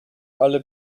alle